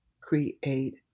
create